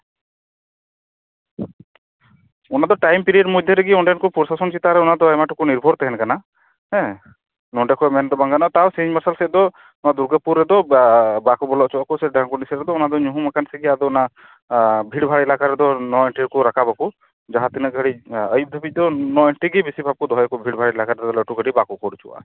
ᱚᱱᱟ ᱫᱚ time period ᱢᱚᱫᱽᱫᱷᱮ ᱨᱮᱜᱮ ᱚᱸᱰᱮᱱ ᱠᱚ ᱯᱨᱚᱥᱟᱥᱚᱱ ᱪᱮᱛᱟᱱ ᱨᱮ ᱟᱭᱢᱟ ᱴᱩᱠᱩ ᱱᱤᱨᱵᱷᱚᱨ ᱛᱟᱦᱮᱱ ᱠᱟᱱᱟ ᱦᱮᱸ ᱱᱚᱸᱰᱮ ᱠᱷᱚᱱ ᱢᱮᱱᱫᱚ ᱵᱟᱝ ᱜᱟᱱᱚᱜᱼᱟ ᱛᱟᱣ ᱥᱤᱧ ᱢᱟᱨᱥᱟᱞ ᱥᱮᱫ ᱫᱚ ᱫᱩᱨᱜᱟᱹᱯᱩᱨ ᱨᱮᱫᱚ ᱵᱟᱠᱚ ᱵᱚᱞᱚ ᱦᱚᱪᱚᱣᱟᱠᱚᱣᱟ ᱥᱮ ᱰᱟᱱᱠᱩᱱᱤ ᱥᱮᱫ ᱨᱮᱫᱚ ᱚᱱᱟ ᱫᱚ ᱧᱩᱦᱩᱢᱟᱠᱟᱱ ᱥᱮᱜᱮ ᱚᱱᱟ ᱵᱷᱤᱲᱼᱵᱷᱟᱲ ᱮᱞᱟᱠᱟ ᱨᱮᱫᱚ ᱱᱳ ᱮᱱᱴᱨᱤ ᱠᱚ ᱨᱟᱠᱟᱵᱟᱠᱚ ᱡᱟᱦᱟᱸ ᱛᱤᱱᱟᱹᱜ ᱦᱟᱹᱵᱤᱡ ᱟᱹᱭᱩᱵ ᱵᱮᱲᱟ ᱦᱟᱹᱵᱤᱡ ᱫᱚ ᱱᱳ ᱮᱱᱴᱨᱤ ᱜᱮ ᱫᱚᱦᱚᱭᱟᱠᱚ ᱵᱤᱥᱤᱨ ᱵᱷᱟᱜᱽ ᱮᱞᱟᱠᱟ ᱨᱮᱫᱚ ᱞᱟᱹᱴᱩ ᱜᱟᱹᱰᱤ ᱵᱟᱠᱚ ᱠᱷᱟᱹᱲ ᱦᱚᱪᱚᱣᱟᱜᱼᱟ